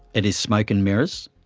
it is smoke and mirrors.